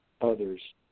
others